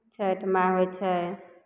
छठि माइ होइ छै